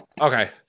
Okay